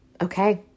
Okay